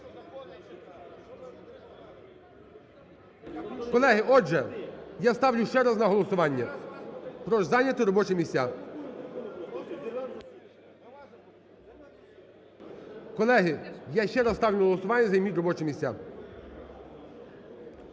Колеги, отже, я ставлю ще раз на голосування. Прошу зайняти робочі місця. Колеги, я ще раз ставлю на голосування, займіть робочі місця.